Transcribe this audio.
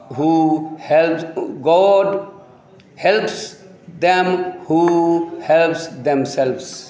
हु helps God helps them who helps themselves